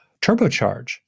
turbocharge